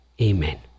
Amen